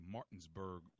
Martinsburg